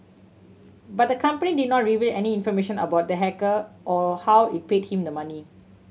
but the company did not reveal any information about the hacker or how it paid him the money